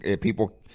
People